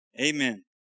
Amen